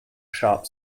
sharp